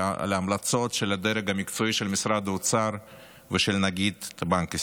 להמלצות של הדרג המקצועי של משרד האוצר ושל נגיד בנק ישראל.